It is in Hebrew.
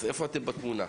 אז איפה אתם בתמונה?